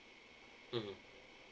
mmhmm